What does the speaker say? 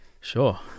Sure